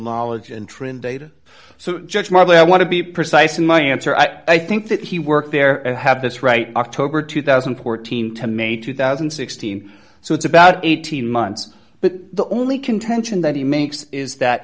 knowledge and trend data so judge morley i want to be precise in my answer i think that he worked there and have this right october two thousand and fourteen to may two thousand and sixteen so it's about eighteen months but the only contention that he makes is that